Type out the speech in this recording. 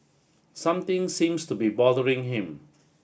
something seems to be bothering him